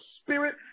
spirit